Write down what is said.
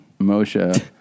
Moshe